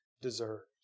deserved